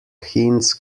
hinds